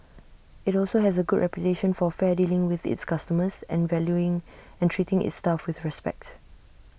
IT also has A good reputation for fair dealing with its customers and valuing and treating its staff with respect